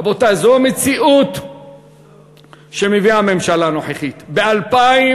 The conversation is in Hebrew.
רבותי, זאת המציאות שהממשלה הנוכחית מביאה.